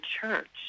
church